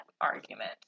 argument